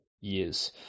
years